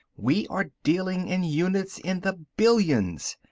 we are dealing in units in the billions,